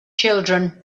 children